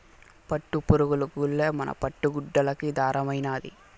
పట్టుపురుగులు గూల్లే మన పట్టు గుడ్డలకి దారమైనాది